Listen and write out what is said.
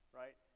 right